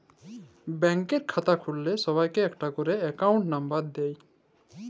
ব্যাংকের খাতা খুল্ল্যে সবাইকে ইক ক্যরে একউন্ট লম্বর দেয়